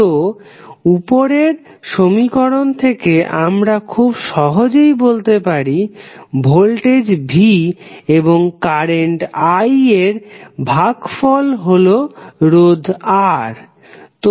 তো উপরের সমীকরণ থেকে আমরা খুব সহজেই বলতে পারি ভোল্টেজ V এবং কারেন্ট I এর ভাগফল হলো রোধ R